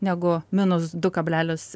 negu minus du kablelis